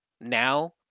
now